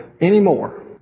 anymore